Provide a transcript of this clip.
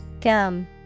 Gum